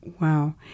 Wow